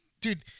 dude